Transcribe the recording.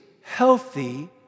healthy